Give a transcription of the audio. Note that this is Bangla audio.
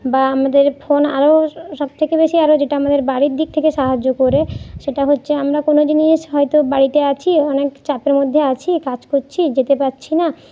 বা আমাদের ফোন আরো সব থেকে বেশি আরো যেটা আমাদের বাড়ির দিক থেকে সাহায্য করে সেটা হচ্ছে আমরা কোনো জিনিস হয়তো বাড়িতে আছি অনেক চাপের মধ্যে আছি কাজ করছি যেতে পারছি না